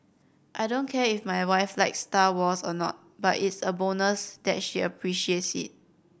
I don't care if my wife likes Star Wars or not but it's a bonus that she appreciates it